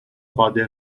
قادر